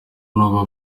nubwo